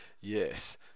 Yes